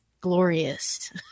glorious